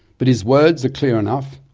but his words are clear enough.